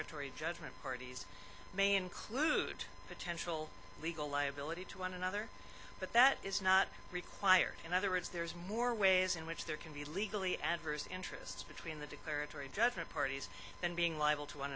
atory judgment parties may include potential legal liability to one another but that is not required in other words there is more ways in which there can be legally adverse interests between the declaratory judgment parties and being liable to one